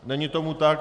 Není tomu tak.